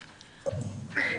בבקשה.